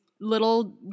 Little